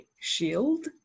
shield